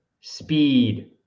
Speed